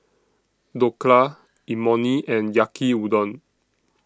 Dhokla Imoni and Yaki Udon